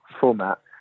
format